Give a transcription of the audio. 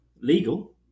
Legal